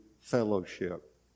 fellowship